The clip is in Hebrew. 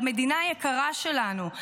למדינה היקרה שלנו?